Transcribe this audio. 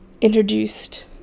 introduced